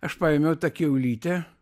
aš paėmiau tą kiaulytę